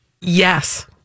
Yes